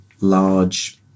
large